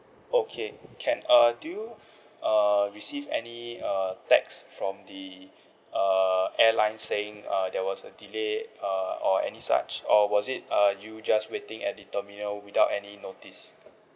okay can uh do you err receive any uh text from the err airlines saying uh there was a delay err or any such or was it uh you just waiting at the terminal without any notice